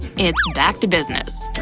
it's back to business.